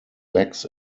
lacks